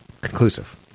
conclusive